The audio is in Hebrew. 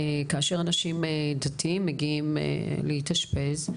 כאשר אנשים דתיים מגיעים להתאשפז,